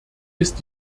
ist